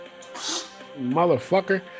Motherfucker